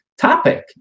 topic